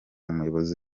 umuyobozi